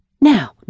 now